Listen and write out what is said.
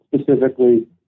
specifically